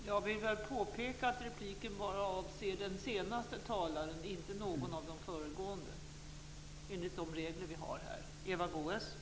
Jag vill påpeka att enligt de regler vi har avser repliken bara den senaste talaren och inte någon av de föregående.